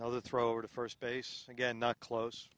now the throw to first base again not close